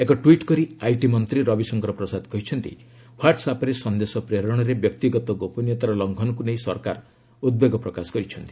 ଏକ ଟ୍ୱିଟ୍ କରି ଆଇଟି ମନ୍ତ୍ରୀ ରବିଶଙ୍କର ପ୍ରସାଦ କହିଛନ୍ତି ହ୍ପାଟ୍ସ ଆପ୍ରେ ସନ୍ଦେଶ ପ୍ରେରଣରେ ବ୍ୟକ୍ତିଗତ ଗୋପନୀୟତାର ଲଙ୍ଘନକୁ ନେଇ ସରକାର ସରକାର ଉଦ୍ବେଗ ପ୍ରକାଶ କରିଛନ୍ତି